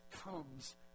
comes